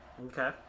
Okay